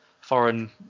foreign